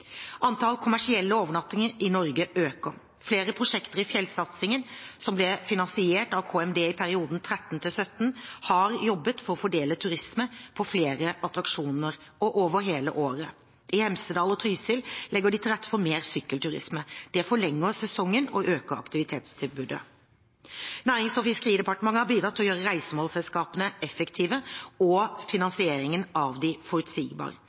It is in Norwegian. Antall kommersielle overnattinger i Norge øker. Flere prosjekter i fjellsatsingen, som ble finansiert av KMD i perioden 2013–2017, har jobbet for å fordele turismen på flere attraksjoner, og over hele året. I Hemsedal og Trysil legger de til rette for mer sykkelturisme. Det forlenger sesongen og øker aktivitetstilbudet. Nærings- og fiskeridepartementet har bidratt til å gjøre reisemålsselskapene effektive og finansieringen av